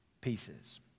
pieces